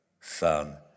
Son